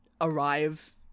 arrive